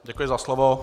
Děkuji za slovo.